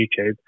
YouTube